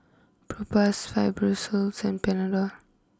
Propass Fibrosol and Panadol